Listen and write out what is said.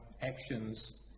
actions